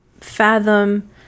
fathom